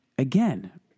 Again